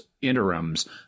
interims